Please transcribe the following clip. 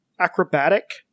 acrobatic